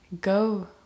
go